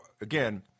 again